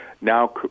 now